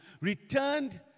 returned